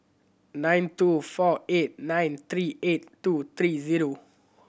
nine two four eight nine three eight two three zero